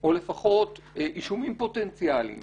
או לפחות אישומים פוטנציאליים